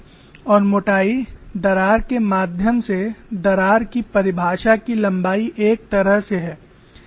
और मोटाई दरार के माध्यम से दरार की परिभाषा की लंबाई एक तरह से है